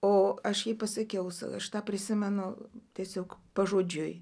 o aš jai pasakiau sau aš tą prisimenu tiesiog pažodžiui